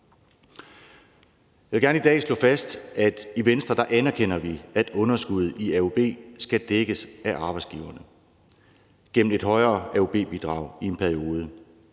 Jeg vil gerne i dag slå fast, at vi i Venstre anerkender, at underskuddet i AUB skal dækkes af arbejdsgiverne gennem et højere AUB-bidrag i en periode,